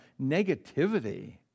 negativity